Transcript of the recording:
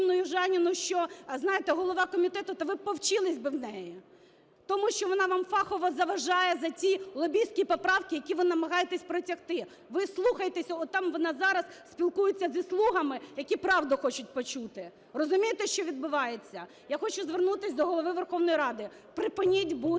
Южаніну, що, знаєте, голова комітету… Та ви б повчились би в неї, тому що вона вам фахово заважає за ті лобістські поправки, які ви намагаєтесь протягти. Ви вслухайтесь, отам вона зараз спілкується зі "слугами", які правду хочуть почути. Розумієте, що відбувається. Я хочу звернутися до Голови Верховної Ради. Припиніть бути